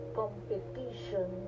competition